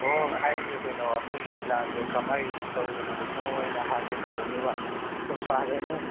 ꯍꯣ ꯍꯣ ꯑꯩꯁꯨ ꯀꯩꯅꯣ ꯑꯗꯨꯒꯤ ꯄ꯭ꯂꯥꯟꯁꯦ ꯀꯃꯥꯏꯅ ꯇꯧꯒꯗꯕꯅꯣ ꯍꯥꯏꯅ ꯍꯪꯒꯦ ꯇꯧꯕꯅꯦꯕ ꯆꯞ ꯆꯥꯔꯦꯅꯦ